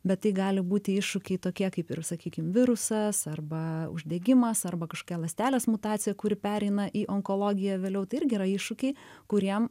bet tai gali būti iššūkiai tokie kaip ir sakykim virusas arba uždegimas arba kažkokia ląstelės mutacija kuri pereina į onkologiją vėliau tai irgi yra iššūkiai kuriem